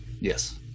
Yes